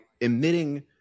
emitting